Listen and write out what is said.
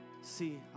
See